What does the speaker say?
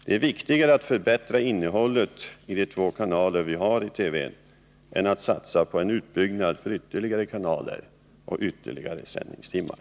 Det är viktigare att förbättra innehållet i de två kanaler vi har i TV än att satsa på en utbyggnad för ytterligare kanaler och ytterligare sändningstimmar.